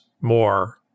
more